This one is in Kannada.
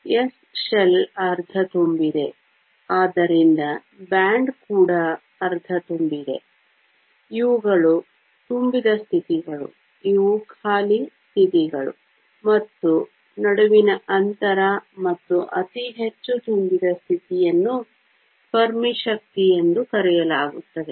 s ಶೆಲ್ ಅರ್ಧ ತುಂಬಿದೆ ಆದ್ದರಿಂದ ಬ್ಯಾಂಡ್ ಕೂಡ ಅರ್ಧ ತುಂಬಿದೆ ಇವುಗಳು ತುಂಬಿದ ಸ್ಥಿತಿಗಳು ಇವು ಖಾಲಿ ಸ್ಥಿತಿಗಳು ಮತ್ತು ನಡುವಿನ ಅಂತರ ಮತ್ತು ಅತಿ ಹೆಚ್ಚು ತುಂಬಿದ ಸ್ಥಿತಿಯನ್ನು ಫೆರ್ಮಿ ಶಕ್ತಿ ಎಂದು ಕರೆಯಲಾಗುತ್ತದೆ